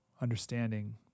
understanding